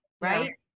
right